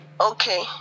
okay